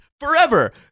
Forever